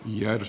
ja jos